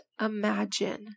imagine